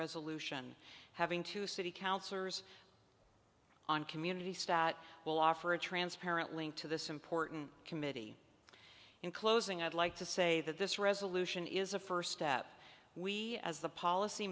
resolution having to city councillors on community stat will offer a transparent link to this important committee in closing i'd like to say that this resolution is a first step we as the